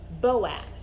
Boaz